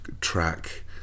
track